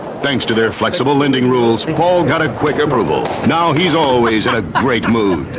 thanks to their flexible lending rules, paul got a quick approval. now he's always in a great mood.